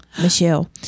Michelle